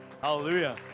Hallelujah